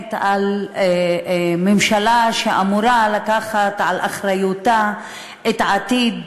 באמת על ממשלה שאמורה לקחת על אחריותה את עתיד